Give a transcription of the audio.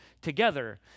together